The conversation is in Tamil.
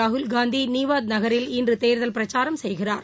ராகுல்காந்தி நீவாத் நகரில் இன்று தேர்தல் பிரச்சாரம் செய்கிறார்